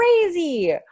crazy